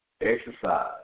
Exercise